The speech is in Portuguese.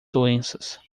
doenças